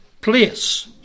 place